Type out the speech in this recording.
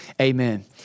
amen